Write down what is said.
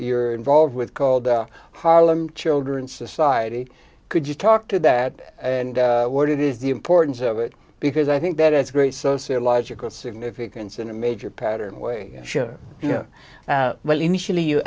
movement involved with called the harlem children's society could you talk to that and what it is the importance of it because i think that it's a great sociological significance in a major pattern way sure you know well initially you